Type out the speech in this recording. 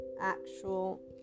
actual